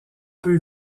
peu